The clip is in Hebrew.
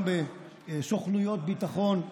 גם בסוכנויות ביטחון,